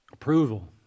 Approval